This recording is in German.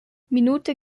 minute